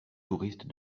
touristes